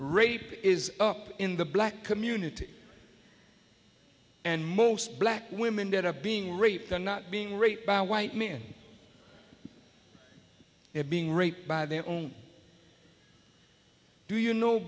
rape is up in the black community and most black women that are being raped are not being raped by white men being raped by their own do you know